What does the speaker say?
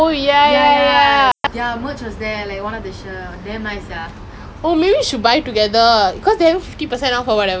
eh your shirt nice leh now only I've wanted to be I've been wanting to ask you from just now but I keep forgetting where did you buy it